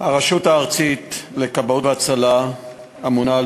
הרשות הארצית לכבאות והצלה ממונה על